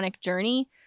journey